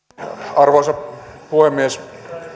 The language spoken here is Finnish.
arvoisa puhemies